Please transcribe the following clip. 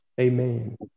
amen